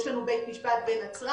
יש לנו בית משפט בנצרת.